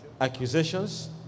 accusations